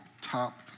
top